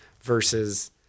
versus